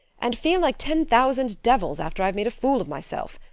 and feel like ten thousand devils after i've made a fool of myself.